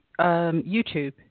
YouTube